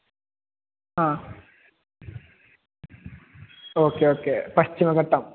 ആ okay okay പശ്ചിമഘട്ടം